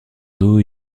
dos